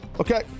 Okay